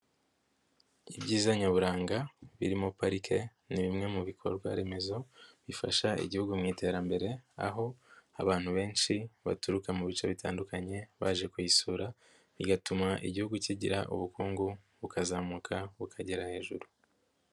Ibyiza nyaburanga birimo parike ni bimwe mu bikorwa remezo bifasha Igihugu mu iterambere aho abantu benshi baturuka mu bice bitandukanye baje kuyisura bigatuma Igihugu kigira ubukungu bukazamuka bukagera hejuru.